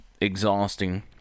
exhausting